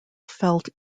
felt